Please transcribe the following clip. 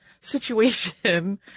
situation